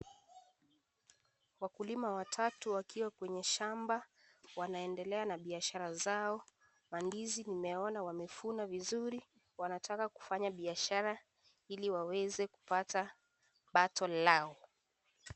Wakulima watatu wakiwa kwenye shamba. Wanaendelea na biashara zao. Mandizi nimeona wamevuna vizuri. Wanataka kufanya biashara ili waweze kupata pato lao.